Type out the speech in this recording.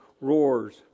roars